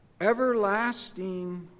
Everlasting